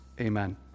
Amen